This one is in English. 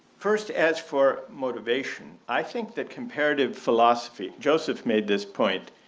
first as for motivation, i think that comparative philosophy. joseph made this point